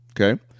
Okay